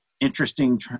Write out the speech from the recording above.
interesting